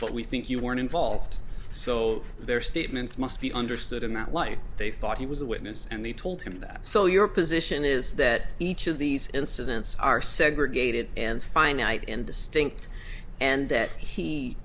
but we think you weren't involved so their statements must be understood in that light they thought he was a witness and they told him that so your position is that each of these incidents are segregated and finite and distinct and that he